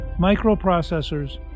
microprocessors